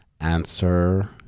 answer